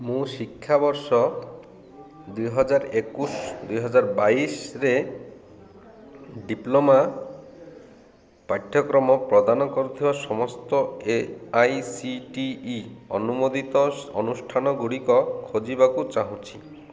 ମୁଁ ଶିକ୍ଷାବର୍ଷ ଦୁଇହଜାର ଏକୋଇଶ ଦୁଇହଜାର ବାଇଶରେ ଡିପ୍ଲୋମା ପାଠ୍ୟକ୍ରମ ପ୍ରଦାନ କରୁଥିବା ସମସ୍ତ A I C T E ଅନୁମୋଦିତ ଅନୁଷ୍ଠାନଗୁଡ଼ିକ ଖୋଜିବାକୁ ଚାହୁଁଛି